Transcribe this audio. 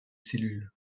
cellules